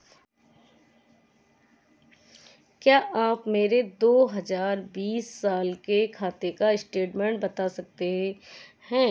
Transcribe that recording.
क्या आप मेरे दो हजार बीस साल के खाते का बैंक स्टेटमेंट बता सकते हैं?